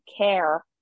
care